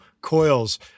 coils